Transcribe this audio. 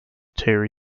terry